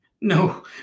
No